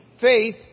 faith